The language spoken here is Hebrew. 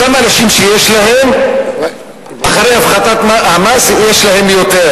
אותם אנשים שיש להם, אחרי הפחתת המס יש להם יותר,